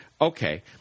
okay